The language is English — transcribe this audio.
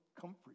Comfort